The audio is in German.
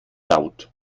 laut